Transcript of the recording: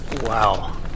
Wow